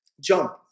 jump